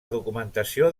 documentació